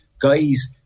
guys